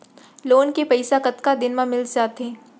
Loan के पइसा कतका दिन मा मिलिस जाथे?